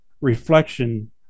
reflection